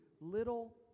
little